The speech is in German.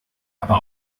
aber